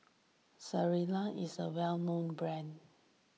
Ezerra is a well known brand